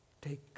Take